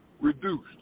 reduced